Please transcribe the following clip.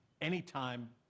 anytime